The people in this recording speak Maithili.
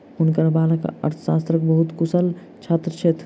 हुनकर बालक अर्थशास्त्रक बहुत कुशल छात्र छथि